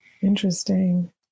Interesting